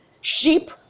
Sheep